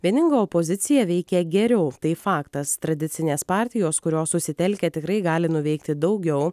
vieninga opozicija veikia geriau tai faktas tradicinės partijos kurios susitelkia tikrai gali nuveikti daugiau